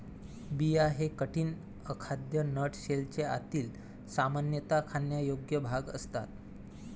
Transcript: बिया हे कठीण, अखाद्य नट शेलचे आतील, सामान्यतः खाण्यायोग्य भाग असतात